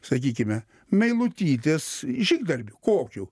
sakykime meilutytės žygdarbiu kokiu